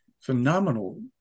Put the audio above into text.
phenomenal